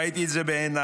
ראיתי את זה בעיניי.